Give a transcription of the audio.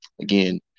again